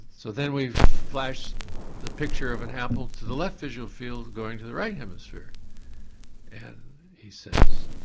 so then we've flashed the picture of an apple to the left visual field going to the right hemisphere and he says,